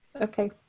okay